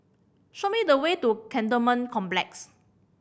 show me the way to Cantonment Complex